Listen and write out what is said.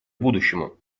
будущему